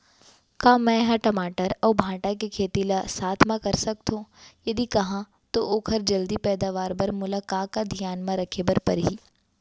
का मै ह टमाटर अऊ भांटा के खेती ला साथ मा कर सकथो, यदि कहाँ तो ओखर जलदी पैदावार बर मोला का का धियान मा रखे बर परही?